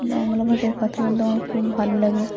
বাংলা ভাষায় কথা বলতে আমার খুব ভালো লাগে